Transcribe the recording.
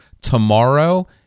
tomorrow